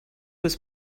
was